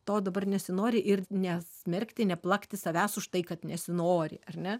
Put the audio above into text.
to dabar nesinori ir nesmerkti neplakti savęs už tai kad nesinori ar ne